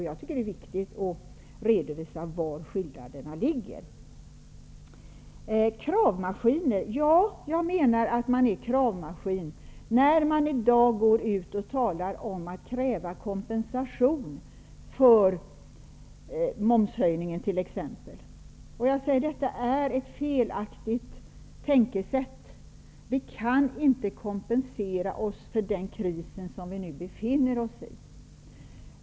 Jag tycker att det viktigt att redovisa vari skillnaderna består. Ja, jag anser att man är en kravmaskin när man i dag kräver kompensation för t.ex. momshöjningen. Detta är ett felaktigt tänkesätt. Vi kan inte kompensera oss för den kris som vi nu befinner oss i.